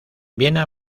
viena